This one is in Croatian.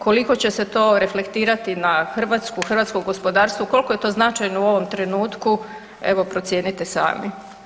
Koliko će se to reflektirati na Hrvatsku, hrvatsko gospodarstvo, koliko je to značajno u ovom trenutku, evo, procijenite sami.